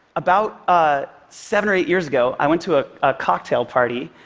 about ah seven or eight years ago, i went to a cocktail party.